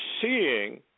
seeing